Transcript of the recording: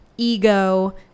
ego